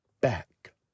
back